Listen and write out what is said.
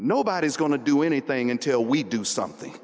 nobody is going to do anything until we do something